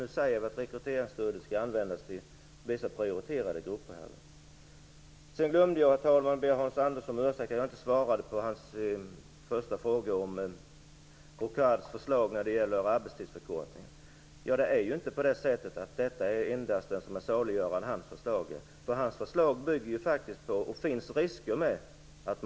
Nu säger vi att rekryteringsstödet skall användas till vissa prioriterade grupper. Herr talman! Jag glömde att be Hans Andersson om ursäkt för att jag inte svarade på hans första fråga om Rocards förslag om arbetstidsförkortningen. Detta förslag är inte det enda saliggörande. Det bygger nämligen på en ökad deltidsarbetslöshet. Det är risken med förslaget.